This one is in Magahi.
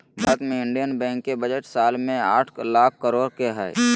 भारत मे इन्डियन बैंको के बजट साल भर मे आठ लाख करोड के हय